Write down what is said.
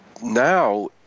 Now